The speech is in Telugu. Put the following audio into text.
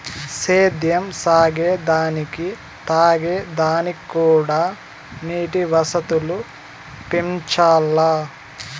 సేద్యం సాగే దానికి తాగే దానిక్కూడా నీటి వసతులు పెంచాల్ల